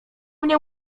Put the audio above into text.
mnie